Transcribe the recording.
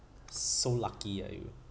so lucky ah you